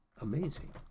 amazing